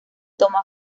toma